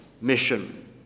mission